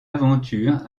aventure